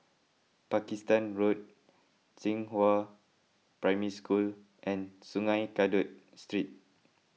Pakistan Road Xinghua Primary School and Sungei Kadut Street